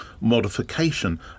modification